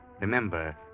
Remember